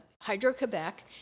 Hydro-Quebec